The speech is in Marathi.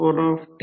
जर f 50 हर्ट्झ